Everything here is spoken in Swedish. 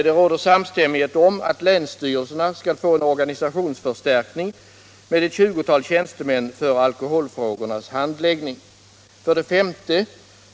Det råder samstämmighet om att länsstyrelserna skall få en organisationsförstärkning med ett 20-tal tjänster för alkoholfrågornas handläggning. 5.